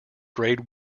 grade